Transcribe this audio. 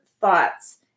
thoughts